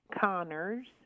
connor's